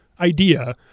idea